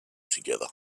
together